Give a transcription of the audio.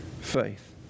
faith